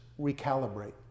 recalibrate